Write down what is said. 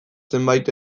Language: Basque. zenbait